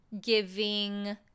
giving